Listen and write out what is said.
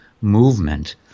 movement